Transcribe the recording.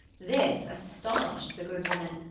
this astonished the good woman.